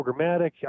programmatic